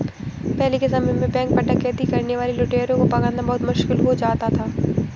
पहले के समय में बैंक पर डकैती करने वाले लुटेरों को पकड़ना बहुत मुश्किल हो जाता था